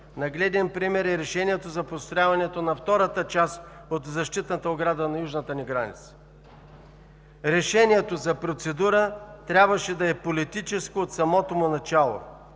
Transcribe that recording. Нагледен пример е решението за построяването на втората част от защитната ограда на южната ни граница. Решението за процедура трябваше да е политическо от самото му начало.